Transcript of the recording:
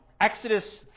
Exodus